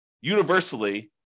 universally